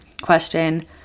question